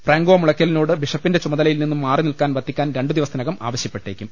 Franco മുളയ്ക്കലിനോട് ബിഷപ്പിന്റെ ചുമതലയിൽ നിന്നും മാറിനിൽക്കാൻ വത്തിക്കാൻ രണ്ടുദിവസത്തിനകം ആവശ്യപ്പെട്ടേക്കും